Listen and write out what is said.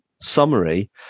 summary